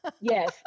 Yes